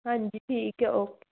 ਹਾਂਜੀ ਠੀਕ ਹੈ ਓਕੇ